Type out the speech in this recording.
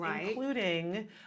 including